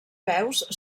veus